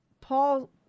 Paul